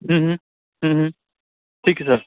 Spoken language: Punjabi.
ਠੀਕ ਹੈ ਸਰ